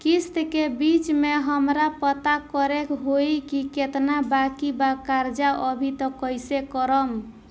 किश्त के बीच मे हमरा पता करे होई की केतना बाकी बा कर्जा अभी त कइसे करम?